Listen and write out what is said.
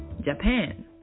Japan